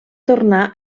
tornar